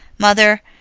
mother,